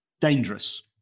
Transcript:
dangerous